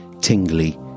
tingly